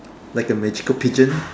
like a magical pigeon